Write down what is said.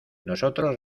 nosotros